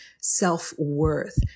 self-worth